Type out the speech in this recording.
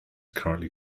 currently